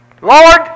Lord